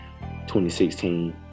2016